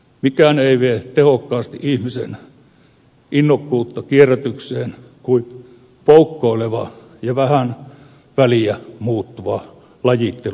mikään ei vie niin tehokkaasti ihmisen innokkuutta kierrätykseen kuin poukkoileva ja vähän väliä muuttuva lajittelusysteemi